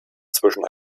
zwischen